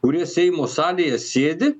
kurie seimo salėje sėdi